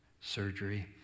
surgery